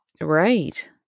right